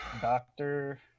doctor